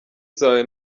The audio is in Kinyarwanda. zawe